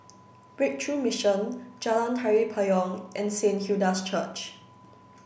Breakthrough Mission Jalan Tari Payong and Saint Hilda's Church